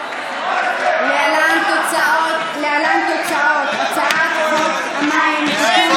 להלן התוצאות: הצעת חוק המים (תיקון,